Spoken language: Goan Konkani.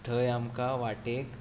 थंय आमकां वाटेर